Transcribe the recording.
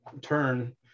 turn